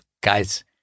Guys